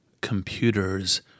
computers